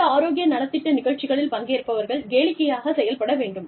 இந்த ஆரோக்கிய நலத்திட்ட நிகழ்ச்சிகளில் பங்கேற்பவர்கள் கேளிக்கையாக செயல்பட வேண்டும்